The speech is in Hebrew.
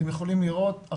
אתם יכולים לראות,